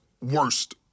worst